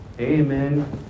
Amen